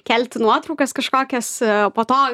kelti nuotraukas kažkokias po to